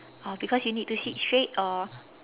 oh because you need to sit straight or